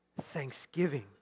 Thanksgiving